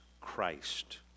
Christ